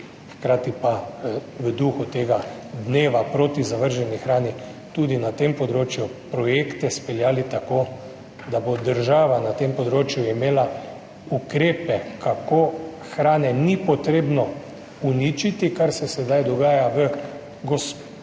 hkrati pa v duhu tega dneva proti zavrženi hrani tudi na tem področju projekte speljali tako, da bo država na tem področju imela ukrepe, kako hrane ni potrebno uničiti, kar se sedaj dogaja, v gospodarskih,